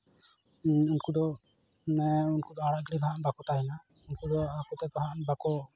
ᱩᱱᱠᱩ ᱫᱚ ᱟᱲᱟᱜ ᱜᱤᱲᱤ ᱫᱚ ᱦᱟᱸᱜ ᱵᱟᱠᱚ ᱛᱟᱦᱮᱱᱟ ᱩᱱᱠᱩ ᱫᱚ ᱟᱠᱚ ᱛᱮᱫᱚ ᱦᱟᱸᱜ ᱵᱟᱠᱚ